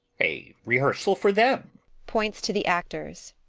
a rehearsal for them points to the actors.